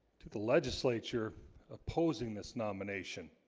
to the legislature opposing this nomination